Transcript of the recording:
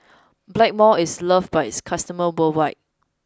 blackmores is loved by its customers worldwide